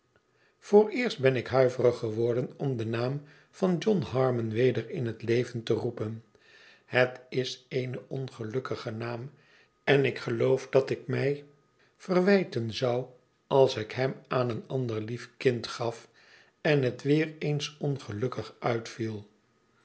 vooreerst ben ikhtiiverig geworden om den naam van john harmon weder in het leven te roepen het is een ongelukkige naam en ik geloof dat ik het mij verwijten zou als ik hem aan een ander lief kind gaf en het weer eens ongelukkig uitviel